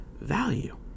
value